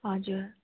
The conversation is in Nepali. हजुर